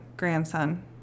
grandson